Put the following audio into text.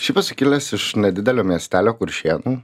šiaip esu kilęs iš nedidelio miestelio kuršėnų